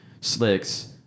slicks